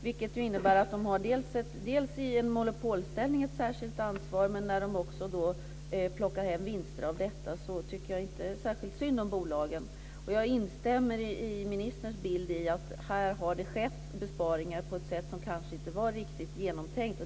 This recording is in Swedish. Det innebär att de har ett särskilt ansvar i en monopolställning. När de också plockar hem vinster av detta tycker jag inte särskilt synd om bolagen. Jag instämmer i ministerns bild av att det här har skett besparingar på ett sätt som kanske inte varit riktigt genomtänkt.